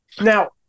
Now